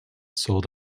sold